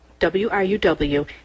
WRUW